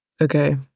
Okay